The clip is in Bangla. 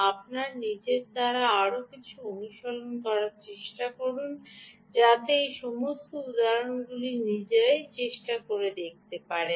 আপনার নিজের দ্বারা আরও কিছু অনুশীলন করার চেষ্টা করুন যাতে এই সমস্ত উদাহরণগুলি নিজেরাই চেষ্টা করে দেখতে পারেন